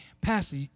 Pastor